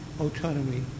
autonomy